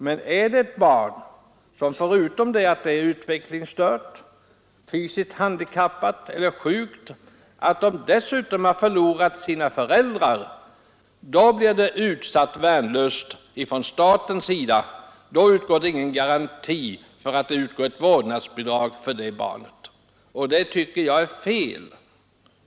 Men gäller det ett barn som förutom att det är utvecklingsstört, fysiskt handikappat eller sjukt också har förlorat sina föräldrar, så utsätts det trots sin värnlöshet också för detta från statens sida: då finns det ingen garanti för att det utgår ett vårdnadsbidrag till den som sköter barnet. Det tycker jag är fel.